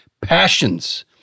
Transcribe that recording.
passions